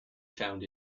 found